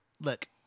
look